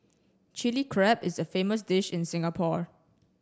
Chilli Crab is a famous dish in Singapore